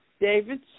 David